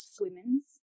women's